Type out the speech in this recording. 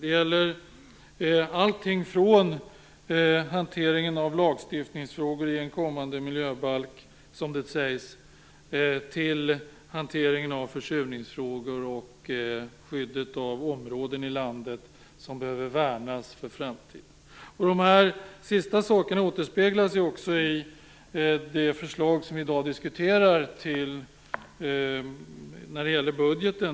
Det gäller allt från hanteringen av lagstiftningsfrågor i en kommande miljöbalk till hanteringen av försurningsfrågor och skyddet av områden i landet som behöver värnas för framtiden. De sista sakerna återspeglas ju också i det förslag i budgeten som vi diskuterar i dag.